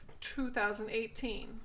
2018